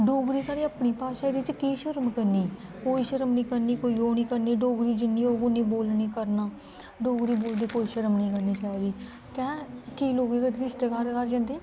डोगरी साढ़ी अपनी भाशा एह्दे च केह् शरम करनी कोई शरम निं करनी कोई ओह् निं करनी डोगरी जिन्नी होग उ'न्नी बोलनी करना डोगरी बोलदे कोई शरम निं करनी चाहिदी कैं केईं लोक केह् करदे रिश्तेदारें दे घर जंदे